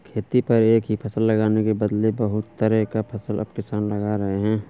खेती पर एक ही फसल लगाने के बदले बहुत तरह का फसल अब किसान लगा रहे हैं